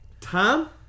Tom